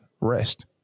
rest